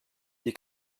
die